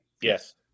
Yes